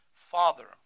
Father